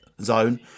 zone